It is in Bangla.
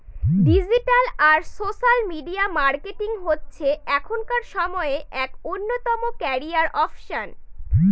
ডিজিটাল আর সোশ্যাল মিডিয়া মার্কেটিং হচ্ছে এখনকার সময়ে এক অন্যতম ক্যারিয়ার অপসন